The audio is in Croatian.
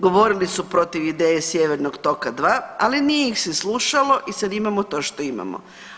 Govorili su protiv ideje Sjevernog toga 2, ali nije ih se slušalo i sad imamo to što imamo.